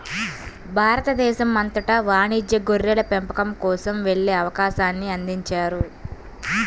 భారతదేశం అంతటా వాణిజ్య గొర్రెల పెంపకం కోసం వెళ్ళే అవకాశాన్ని అందించారు